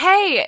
Hey